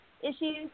Issues